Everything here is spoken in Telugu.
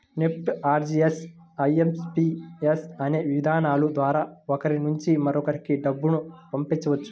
నెఫ్ట్, ఆర్టీజీయస్, ఐ.ఎం.పి.యస్ అనే విధానాల ద్వారా ఒకరి నుంచి మరొకరికి డబ్బును పంపవచ్చు